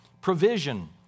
Provision